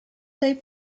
tej